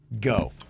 go